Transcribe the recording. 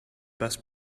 best